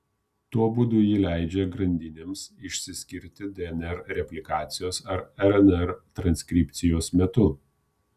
tuo būdu ji leidžia grandinėms išsiskirti dnr replikacijos ar rnr transkripcijos metu